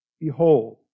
Behold